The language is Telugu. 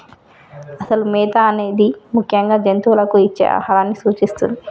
అసలు మేత అనేది ముఖ్యంగా జంతువులకు ఇచ్చే ఆహారాన్ని సూచిస్తుంది